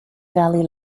valley